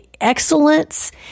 excellence